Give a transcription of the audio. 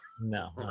no